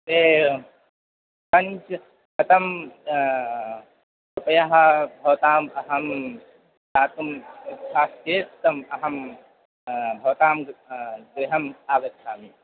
ते पञ्चशतं रूप्यकाणि भवताम् अहं दातुम् इच्छति चेत् तम् अहं भवतः गृहम् आगच्छामि